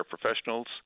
professionals